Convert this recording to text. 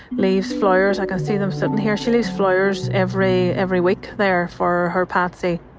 leaves flowers. i can see them sitting here. she leaves flowers every every week there for her patsy